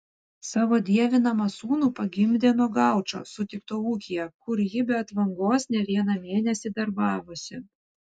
savo dievinamą sūnų pagimdė nuo gaučo sutikto ūkyje kur ji be atvangos ne vieną mėnesį darbavosi